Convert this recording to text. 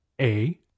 A-